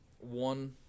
one